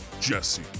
Jesse